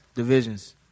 Divisions